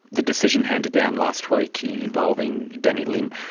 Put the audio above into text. the decision handed down last week involving danny lim,